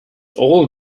all